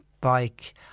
bike